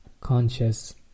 conscious